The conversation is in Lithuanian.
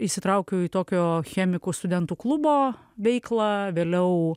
įsitraukiau į tokio chemikų studentų klubo veiklą vėliau